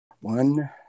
One